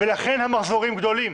ולכן המחזורים גדולים.